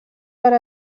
per